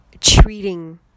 treating